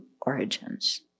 origins